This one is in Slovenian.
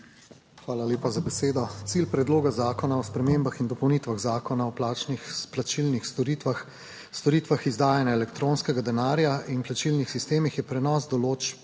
Hvala lepa za besedo. Cilj predloga zakona o spremembah in dopolnitvah Zakona o plačilnih storitvah, storitvah izdajanja elektronskega denarja in plačilnih sistemih je prenos določb